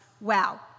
Wow